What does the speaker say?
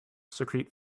secrete